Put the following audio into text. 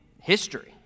history